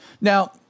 Now